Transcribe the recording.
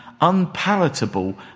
unpalatable